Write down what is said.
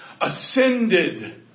Ascended